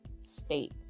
state